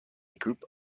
group